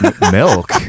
milk